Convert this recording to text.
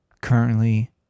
currently